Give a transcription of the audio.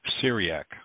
Syriac